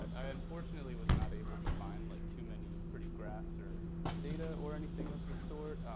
i unfortunately was not able to find like too many pretty graphs, or data, or anything of the sort.